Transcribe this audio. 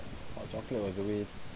hot chocolate was the way